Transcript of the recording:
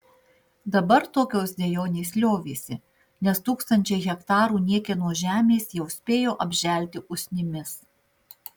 dabar tokios dejonės liovėsi nes tūkstančiai hektarų niekieno žemės jau spėjo apželti usnimis